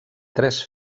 tres